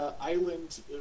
island